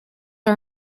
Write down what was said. are